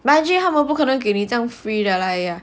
bungee 他们不可能给你这样 free lah !aiya!